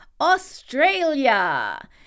Australia